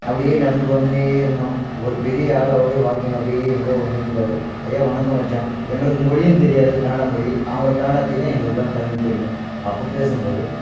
அப்படியே நடந்து வந்துகினே இருந்தோம் ஒரு பெரிய ஆளு அவரு வாக்கிங் அப்டே எங்கோ வந்துன்ருந்தாரு ஐயா வணக்கம் வச்சோம் எங்களுக்கு மொழியும் தெரியாது கனடா மொழி அவங்குளுக்கு கனடா தெரியும் எங்களுக்கு தான் தமிழ் தெரியும் அப்போ பேசும்போது